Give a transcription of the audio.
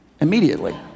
immediately